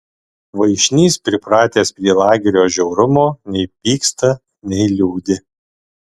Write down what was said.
vaišnys pripratęs prie lagerio žiaurumo nei pyksta nei liūdi